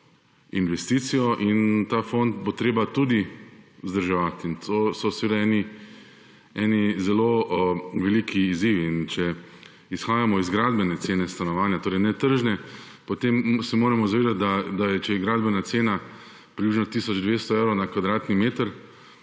investicijo in ta fond bo treba tudi vzdrževati. To so zelo veliki izzivi. Če izhajamo iz gradbene cene stanovanja, torej ne tržne, se moramo zavedati, da je gradbena cena približno tisoč 200 evrov na kvadratni meter